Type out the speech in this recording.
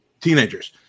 teenagers